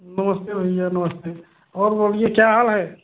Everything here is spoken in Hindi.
नमस्ते भैया नमस्ते और बोलिए क्या हाल है